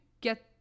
get